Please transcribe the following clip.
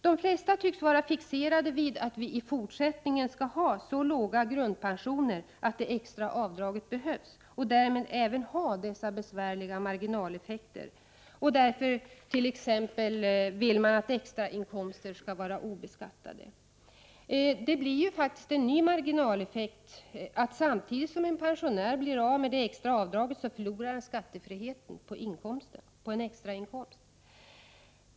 De flesta tycks vara fixerade vid att vi i fortsättningen skall ha så låga grundpensioner att det extra avdraget behövs, och därmed skall vi även ha dessa besvärliga marginaleffekter. Man vill t.ex. att extrainkomster skall vara obeskattade. Det blir ju en ny marginaleffekt. Samtidigt som en pensionär blir av med det extra avdraget, förlorar han skattefriheten på en extrainkomst.